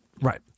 Right